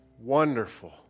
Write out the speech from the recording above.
Wonderful